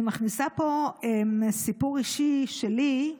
אני מכניסה פה סיפור אישי שלי,